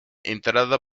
entrada